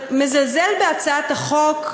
מזלזל בהצעת החוק,